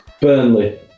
Burnley